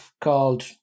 called